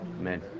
Amen